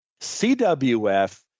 CWF